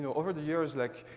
over the years, like,